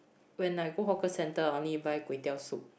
when I go hawker centre I only buy kway-teow soup